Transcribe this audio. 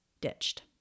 ditched